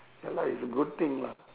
ya lah it's good thing lah